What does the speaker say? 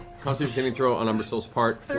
constitution saving throw on umbrasyl's part